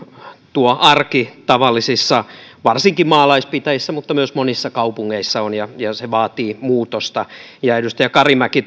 tuo arki tavallisesti on varsinkin maalaispitäjissä mutta myös monissa kaupungeissa ja ja se vaatii muutosta edustaja karimäki